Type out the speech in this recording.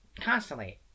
constantly